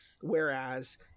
Whereas